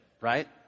right